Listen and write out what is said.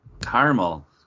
caramel